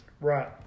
Right